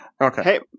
Okay